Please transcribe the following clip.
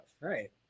right